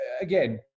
again